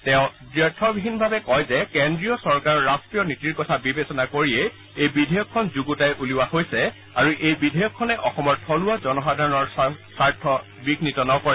তেওঁ দ্বাৰ্থহীনভাৱে কয় যে কেন্দ্ৰীয় চৰকাৰৰ ৰাষ্ট্ৰীয় নীতিৰ কথা বিবেচনা কৰি এই বিধেয়কখন যুণ্ডতাই উলিওৱা হৈছে আৰু এই বিধেয়কখনে অসমৰ থলুৱা জনসাধাৰণৰ স্বাৰ্থ ব্যাহত নকৰে